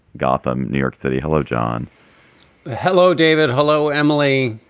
gotham, new york city, hello, john hello, david. hello, emily.